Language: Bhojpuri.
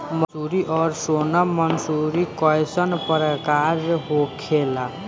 मंसूरी और सोनम मंसूरी कैसन प्रकार होखे ला?